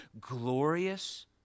Glorious